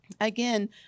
again